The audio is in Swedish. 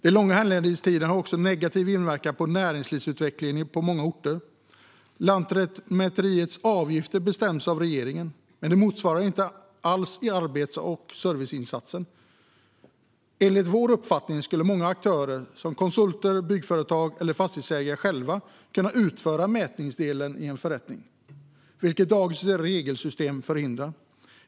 De långa handläggningstiderna har också en negativ inverkan på näringslivsutvecklingen på många orter. Lantmäteriets avgifter bestäms av regeringen, men de motsvarar inte alls arbets och serviceinsatsen. Enligt vår uppfattning skulle många aktörer, till exempel konsulter, byggföretag eller fastighetsägare, själva kunna utföra mätningsdelen i en förrättning, vilket dagens regelsystem förhindrar.